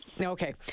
Okay